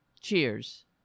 Cheers